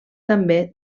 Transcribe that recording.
també